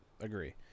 agree